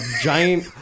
giant